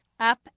up